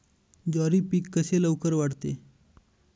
ज्वारी पीक कसे लवकर वाढते?